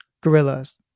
gorillas